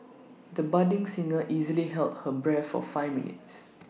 the budding singer easily held her breath for five minutes